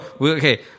okay